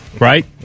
right